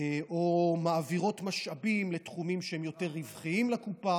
או מעבירות משאבים לתחומים שהם יותר רווחיים לקופה